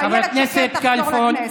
שאילת שקד תחזור לכנסת.